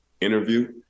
interview